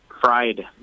fried